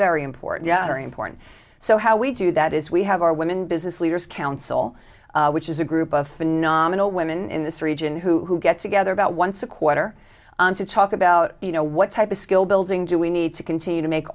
very important very important so how we do that is we have our women business leaders council which is a group of phenomenal women in this region who get together about once a quarter to talk about you know what type of skill building do we need to continue to make